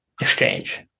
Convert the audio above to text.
exchange